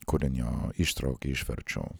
kūrinio ištrauką išverčiau